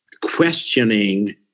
questioning